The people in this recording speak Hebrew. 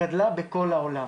גדלה בכל העולם.